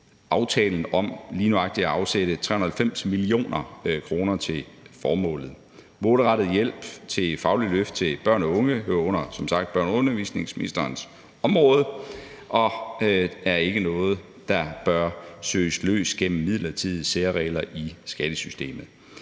aftalen om lige nøjagtig at afsætte 390 mio. kr. til formålet. Målrettet hjælp til fagligt løft til børn og unge hører som sagt under børne- og undervisningsministerens område og er ikke noget, der bør søges løst gennem midlertidige særregler i skattesystemet.